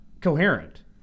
coherent